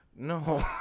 No